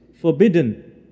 forbidden